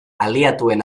aliatuen